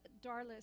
darla